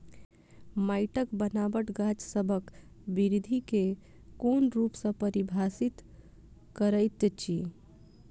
माइटक बनाबट गाछसबक बिरधि केँ कोन रूप सँ परभाबित करइत अछि?